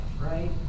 right